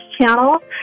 channel